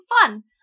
fun